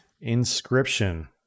Inscription